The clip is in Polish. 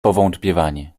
powątpiewanie